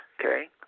Okay